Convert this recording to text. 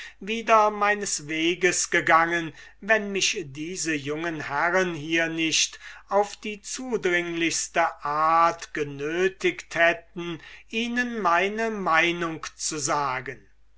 wieder meines weges gegangen wenn mich diese jungen herren hier nicht auf die zudringlichste art genötigt hätten ihnen meine meinung zu sagen